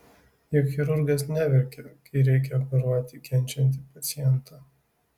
juk chirurgas neverkia kai reikia operuoti kenčiantį pacientą